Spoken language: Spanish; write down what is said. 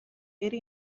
era